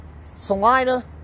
Salina